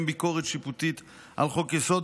ביקורת שיפוטית על חוק-יסוד,